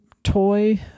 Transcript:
Toy